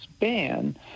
ban